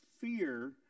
fear